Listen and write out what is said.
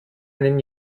einen